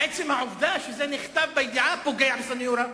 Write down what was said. עצם העובדה שזה נכתב בידיעה פוגע בסניורה,